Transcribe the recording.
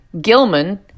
Gilman